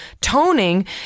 toning